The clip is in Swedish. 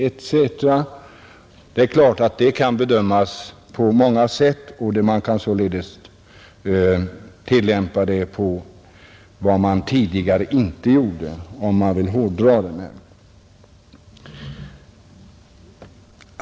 Klart är att man kan bedöma sådana frågor på många sätt, och om man vill hårdra det skrivna kan bestämmelsen tillämpas på ett helt annat sätt än tidigare.